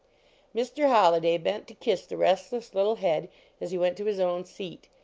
mr. holliday bent to kiss the restless little head as he went to his own seat.